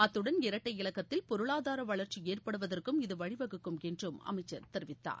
அத்துடன் இரட்டை இலக்கத்தில் பொருளாதார வளா்ச்சி ஏற்படுவதற்கும் இது வழிவகுக்கும் என்றும் அமைச்சர் தெரிவித்தார்